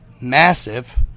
massive